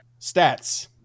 Stats